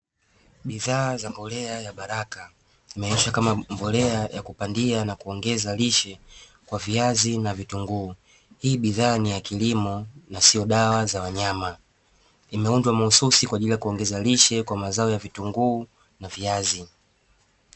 Bidhaa za mbolea ya baraka zimeonyeshwa kama mbolea ya kupandia na kuongeza lishe kwa viazi na vitunguu hii bidhaa ni ya kilimo na sio dawa za wanyama imeundwa mahususi kwa ajili ya kuongeza lishe kwa mazao ya vitunguu na viazi.